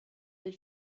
del